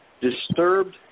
disturbed